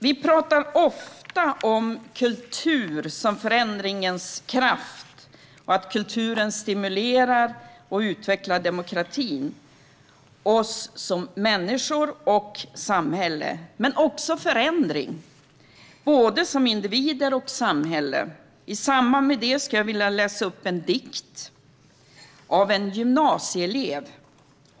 Vi talar ofta om kultur som förändringens kraft och att kulturen stimulerar och utvecklar demokratin, oss som människor och samhälle liksom den åstadkommer förändring av oss som individer och samhälle. I samband med det skulle jag vilja läsa upp en dikt av en gymnasieelev.